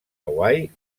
hawaii